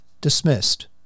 dismissed